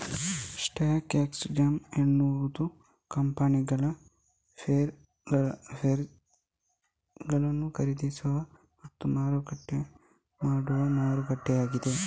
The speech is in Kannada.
ಸ್ಟಾಕ್ ಎಕ್ಸ್ಚೇಂಜ್ ಎನ್ನುವುದು ಕಂಪನಿಗಳ ಷೇರುಗಳನ್ನು ಖರೀದಿಸುವ ಮತ್ತು ಮಾರಾಟ ಮಾಡುವ ಮಾರುಕಟ್ಟೆಯಾಗಿದೆ